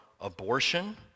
abortion